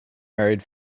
married